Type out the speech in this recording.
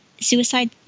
suicide